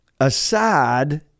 aside